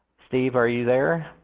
steve, are you there?